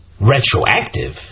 retroactive